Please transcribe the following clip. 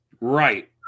right